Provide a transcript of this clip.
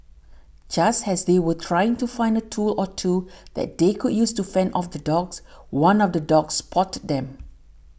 just has they were trying to find a tool or two that they could use to fend off the dogs one of the dogs spotted them